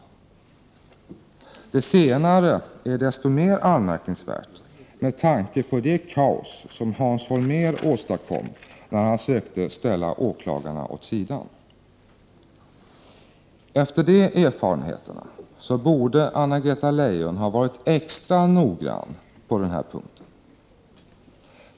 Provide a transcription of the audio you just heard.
Det senare är desto mer anmärkningsvärt med tanke på det kaos som Hans Holmér åstadkom när han sökte ställa åklagarna åt sidan. Efter de erfarenheterna borde Anna-Greta Leijon ha varit extra noggrann på den här punkten.